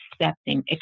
accepting